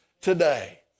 today